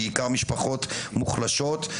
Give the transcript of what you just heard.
בעיקר משפחות מוחלשות,